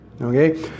Okay